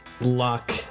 luck